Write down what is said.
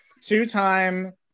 two-time